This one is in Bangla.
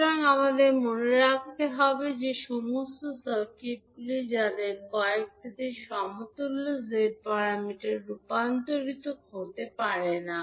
সুতরাং আমাদের মনে রাখতে হবে যে সমস্ত সার্কিটগুলি তাদের কয়েকটিতে সমতুল্য z প্যারামিটারে রূপান্তরিত হতে পারে না